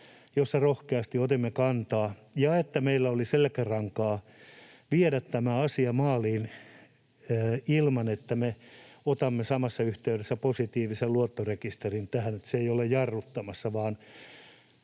jossa rohkeasti otimme kantaa. Meillä oli selkärankaa viedä tämä asia maaliin ilman, että me otamme samassa yhteydessä positiivisen luottorekisterin tähän, että se ei ole jarruttamassa, vaan